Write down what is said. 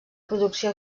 producció